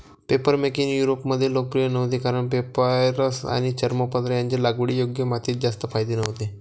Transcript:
papermaking युरोपमध्ये लोकप्रिय नव्हती कारण पेपायरस आणि चर्मपत्र यांचे लागवडीयोग्य मातीत जास्त फायदे नव्हते